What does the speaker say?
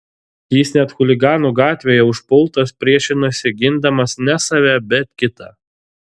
jis net chuliganų gatvėje užpultas priešinasi gindamas ne save bet kitą